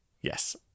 Yes